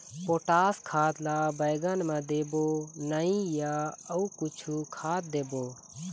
Potash खाद ला बैंगन मे देबो नई या अऊ कुछू खाद देबो?